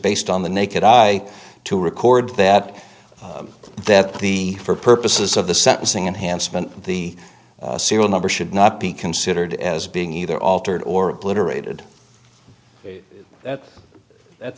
based on the naked eye to record that that the for purposes of the sentencing enhancement the serial number should not be considered as being either altered or literate would that